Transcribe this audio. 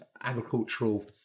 agricultural